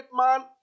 man